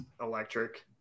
electric